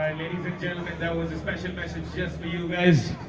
ladies and gentlemen, that was a special message just for you guys.